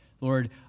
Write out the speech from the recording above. Lord